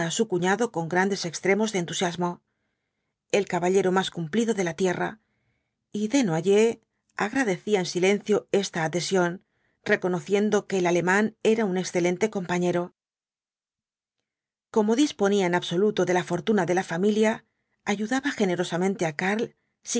su cuñado con grandes extremos de entusiasmo el caballero más cumplido de la tierra y desnoyers agradecía en silencio esta adhesión reconociendo que el alemán era un excelente conjpañero como disponía en absoluto de la fortuna de la familia ayudaba generosamente á karl